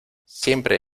siempre